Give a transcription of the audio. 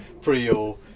prio